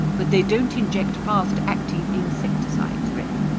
but they don't inject fast acting insecticides, ray,